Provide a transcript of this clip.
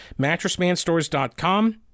Mattressmanstores.com